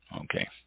okay